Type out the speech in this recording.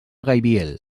gaibiel